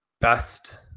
best